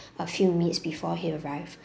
a few minutes before he arrive